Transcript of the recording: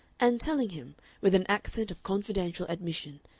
and telling him, with an accent of confidential admission,